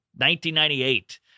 1998